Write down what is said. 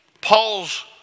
Paul's